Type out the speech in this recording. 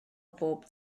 bob